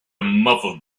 muffled